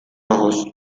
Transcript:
ojos